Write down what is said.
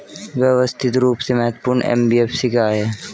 व्यवस्थित रूप से महत्वपूर्ण एन.बी.एफ.सी क्या हैं?